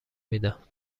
میدن